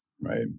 right